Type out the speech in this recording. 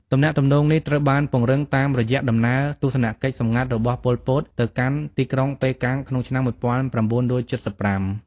ទំនាក់ទំនងនេះត្រូវបានពង្រឹងតាមរយៈដំណើរទស្សនកិច្ចសម្ងាត់របស់ ប៉ុល ពត ទៅកាន់ទីក្រុងប៉េកាំងក្នុងឆ្នាំ១៩៧៥។